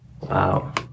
Wow